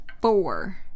four